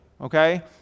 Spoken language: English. okay